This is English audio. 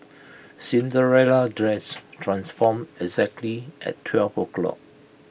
Cinderella's dress transformed exactly at twelve o'clock